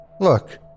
Look